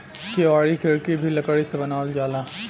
केवाड़ी खिड़की भी लकड़ी से बनावल जाला